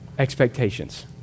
Expectations